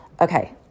Okay